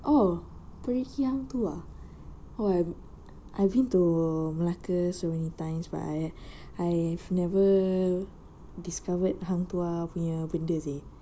oh perigi hang tuah oh I I've been to malacca so many times but I I've never discovered hang tuah punya benda seh